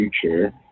future